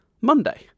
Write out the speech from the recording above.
Monday